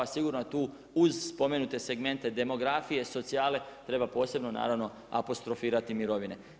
A sigurno tu uz spomenute segmente demografije, socijale, treba posebno naravno apostrofirati mirovine.